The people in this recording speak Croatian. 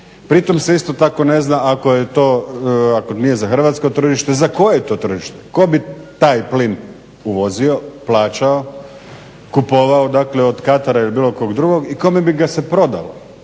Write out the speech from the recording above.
Pritom se isto tako ne zna, ako je to, ako nije za hrvatsko tržište, za koje je to tržište, ko bi taj plin uvozio, plaćao, kupovao dakle od Katara ili bilo kog drugog i kome bi ga se prodalo.